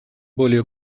более